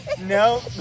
No